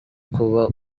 kuba